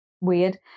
weird